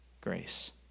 grace